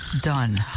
done